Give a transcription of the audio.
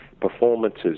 performances